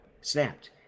snapped